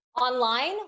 Online